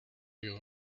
you